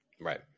Right